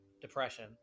depression